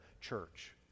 church